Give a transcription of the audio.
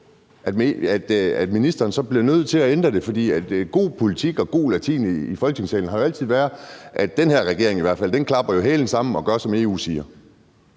ministeren nødt til at ændre det? For god politik og god latin i Folketingssalen har altid været, at i hvert fald den her regering smækker hælene sammen og gør, som EU siger.